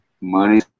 Money